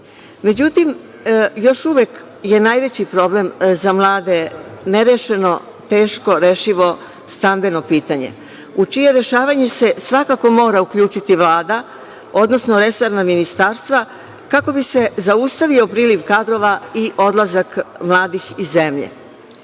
međutim, još uvek je najveći problem za mlade nerešeno, teško rešivo stambeno pitanje u čije rešavanje se svakako mora uključiti Vlada, odnosno resorna ministarstva kako bi se zaustavio priliv kadrova i odlazak mladih iz zemlje.4/1